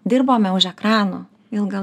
dirbame už ekranų ilgą